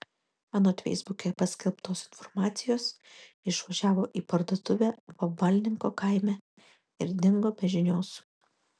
anot feisbuke paskelbtos informacijos išvažiavo į parduotuvę vabalninko kaime ir dingo be žinios